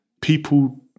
people